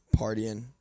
partying